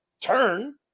turn